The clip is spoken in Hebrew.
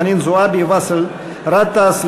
חנין זועבי ובאסל גטאס,